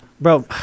Bro